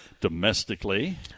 domestically